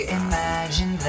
imagine